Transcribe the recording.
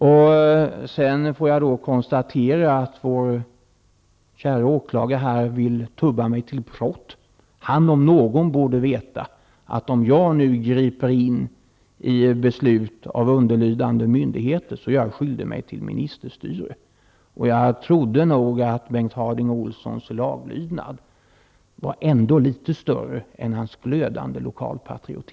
Jag måste också konstatera att vår käre åklagare här vill tubba mig till brott. Han om någon borde veta att jag gör mig skyldig till ministerstyre om jag griper in i beslut som fattas av underlydande myndigheter. Jag trodde nog att Bengt Harding Olsons laglydnad ändå var litet större än hans glödande lokalpatriotism.